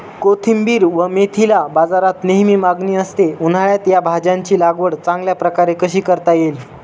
कोथिंबिर व मेथीला बाजारात नेहमी मागणी असते, उन्हाळ्यात या भाज्यांची लागवड चांगल्या प्रकारे कशी करता येईल?